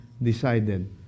Decided